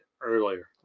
earlier